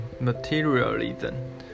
materialism